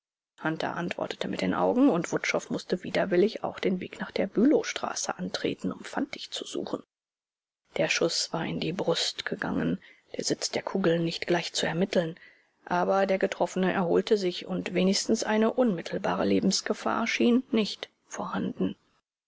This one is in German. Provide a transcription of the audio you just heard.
hunter antwortete mit den augen und wutschow mußte widerwillig auch den weg nach der bülowstraße antreten um fantig zu suchen der schuß war in die brust gegangen der sitz der kugel nicht gleich zu ermitteln aber der getroffene erholte sich und wenigstens eine unmittelbare lebensgefahr schien nicht vorhanden